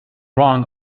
wrong